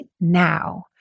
now